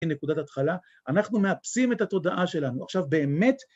נקודת התחלה, אנחנו מאפסים את התודעה שלנו, עכשיו באמת